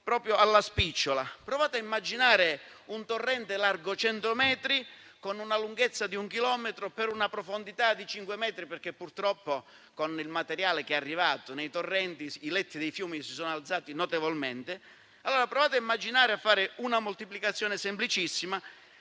conti alla spicciola. Provate a immaginare un torrente largo 100 metri, con una lunghezza di un chilometro, per una profondità di 5 metri - purtroppo, con il materiale arrivato nei torrenti, i letti dei fiumi si sono alzati notevolmente - e provate a fare una moltiplicazione semplicissima: